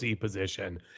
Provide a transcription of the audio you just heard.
position